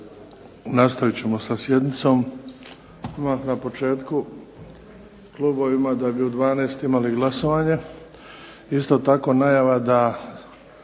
Hvala vam